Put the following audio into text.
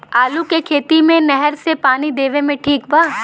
आलू के खेती मे नहर से पानी देवे मे ठीक बा?